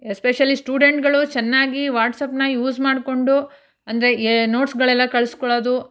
especially ಸ್ಟೂಡೆಂಟ್ಗಳು ಚೆನ್ನಾಗಿ ವಾಟ್ಸಪ್ನ ಯೂಸ್ ಮಾಡಿಕೊಂಡು ಅಂದರೆ ಎ ನೋಟ್ಸ್ಗಳೆಲ್ಲ ಕಳಿಸ್ಕೊಳ್ಳೋದು